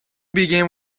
begin